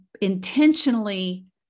intentionally